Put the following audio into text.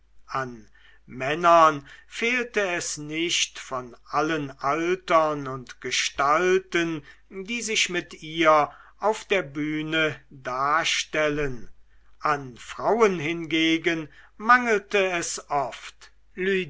an männern fehlte es nicht von allen altern und gestalten die sich mit ihr auf der bühne darstellten an frauen hingegen mangelte es oft